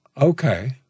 okay